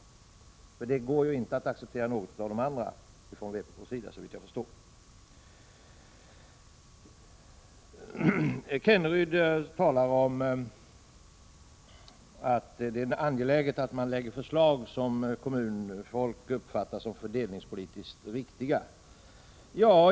Såvitt jag förstår kan vpk inte acceptera något annat förslag. Rolf Kenneryd talade om att det är angeläget att man lägger fram förslag som kommunfolk uppfattar som fördelningspolitiskt riktiga.